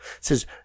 says